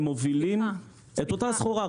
הם מובילים את אותה הסחורה,